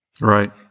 Right